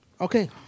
Okay